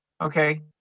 Okay